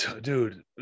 dude